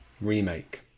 remake